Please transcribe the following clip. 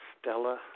Stella